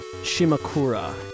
Shimakura